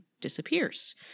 disappears